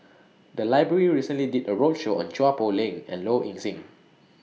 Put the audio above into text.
The Library recently did A roadshow on Chua Poh Leng and Low Ing Sing